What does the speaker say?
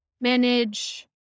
manage